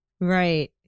Right